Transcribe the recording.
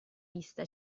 vista